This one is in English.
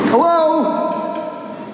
Hello